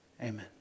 Amen